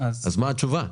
אז מה התשובה?